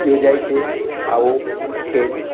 યોજાય છે આવો ખેલ